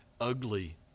ugly